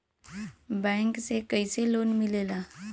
Bank से कइसे loan मिलेला?